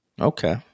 Okay